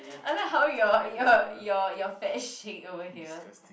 I like how your your your your fats shake over here